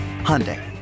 Hyundai